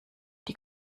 die